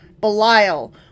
Belial